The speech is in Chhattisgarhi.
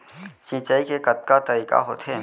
सिंचाई के कतका तरीक़ा होथे?